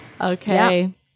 Okay